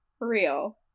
Real